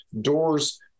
doors